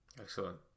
excellent